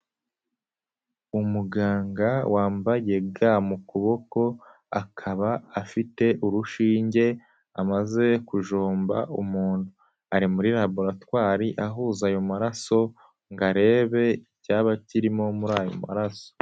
Umuganga wambaye ga mu kuboko, akaba afite urushinge, amaze kujomba umuntu ari muri laboratwari ahuza ayo maraso ngo arebe icyaba kirimo muri ayo maraso.